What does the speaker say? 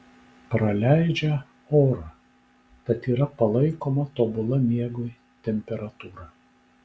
praleidžią orą tad yra palaikoma tobula miegui temperatūra